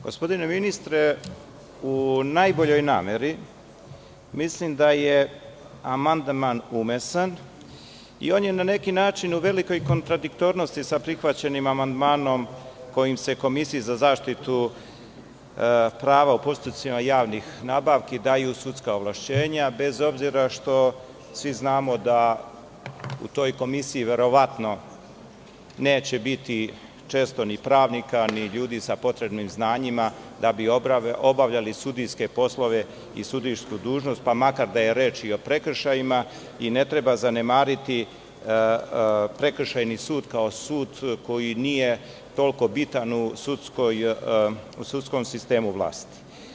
Gospodine ministre, u najboljoj nameri mislim da je amandman umesan i on je na neki način u velikoj kontradiktornosti sa prihvaćenim amandmanom kojim se Komisiji za zaštitu prava o postupcima javnih nabavki daju sudska ovlašćenja bez obzira što svi znamo da u toj komisiji verovatno neće biti često ni pravnika, ni ljudi sa potrebnim znanjima, da bi obavljali sudijske poslove i sudijsku dužnost pa makar da je reč i o prekršajima i ne treba zanemariti prekršajni sud kao sud koji nije toliko bitan u sudskom sistemu vlasti.